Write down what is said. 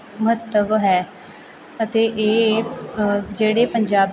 ਮਤਲਬ ਹੈ ਅਤੇ ਇਹ ਜਿਹੜੇ ਪੰਜਾ